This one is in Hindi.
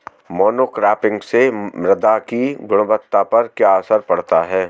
मोनोक्रॉपिंग से मृदा की गुणवत्ता पर क्या असर पड़ता है?